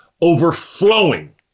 overflowing